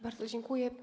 Bardzo dziękuję.